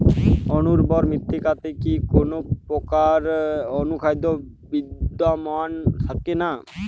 অনুর্বর মৃত্তিকাতে কি কোনো প্রকার অনুখাদ্য বিদ্যমান থাকে না?